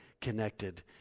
connected